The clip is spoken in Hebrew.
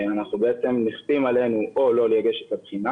בעצם נכפה עלינו או לא לגשת לבחינה